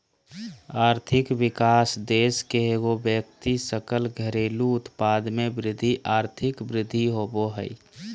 आर्थिक विकास देश के एगो व्यक्ति सकल घरेलू उत्पाद में वृद्धि आर्थिक वृद्धि होबो हइ